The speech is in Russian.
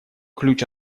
ключ